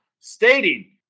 stating